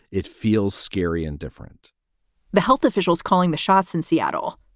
it feels scary and different the health officials calling the shots in seattle,